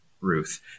Ruth